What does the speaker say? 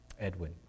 Edwin